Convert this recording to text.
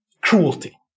cruelty